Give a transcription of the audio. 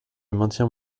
maintiens